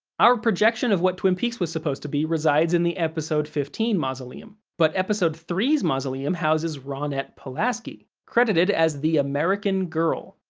our projection of what twin peaks was supposed to be resides in the episode fifteen mausoleum, but episode three s mausoleum houses ronette pulaski, credited as the american girl.